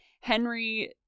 Henry